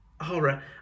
horror